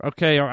Okay